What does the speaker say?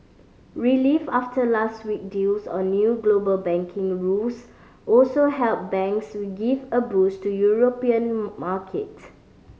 relief after last week deals on new global banking rules also helped banks give a boost to European markets